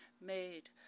made